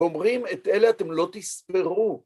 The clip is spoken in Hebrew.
‫אומרים, את אלה אתם לא תספרו.